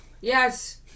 Yes